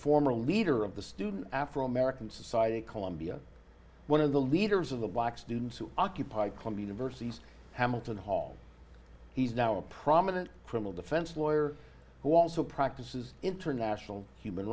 former leader of the student afro american society columbia one of the leaders of the black students who occupy come university's hamilton hall he's now a prominent criminal defense lawyer who also practices international human